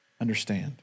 understand